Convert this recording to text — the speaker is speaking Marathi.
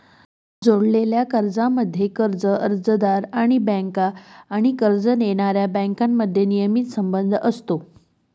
जोडलेल्या कर्जांमध्ये, कर्ज अर्जदार आणि बँका आणि कर्ज देणाऱ्या बँकांमध्ये नियमित संबंध असतो